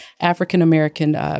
African-American